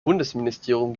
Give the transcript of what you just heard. bundesministerium